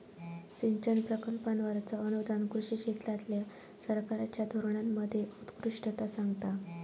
सिंचन प्रकल्पांवरचा अनुदान कृषी क्षेत्रातल्या सरकारच्या धोरणांमध्ये उत्कृष्टता सांगता